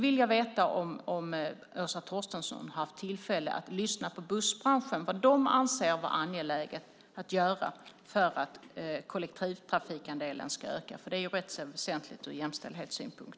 Har Åsa Torstensson haft tillfälle att lyssna på vad Bussbranschen anser vara angeläget att göra för att kollektivtrafikandelen ska öka eftersom det är rätt väsentligt ur jämställdhetssynpunkt?